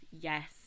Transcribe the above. yes